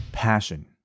passion